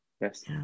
Yes